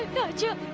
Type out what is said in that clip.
raja!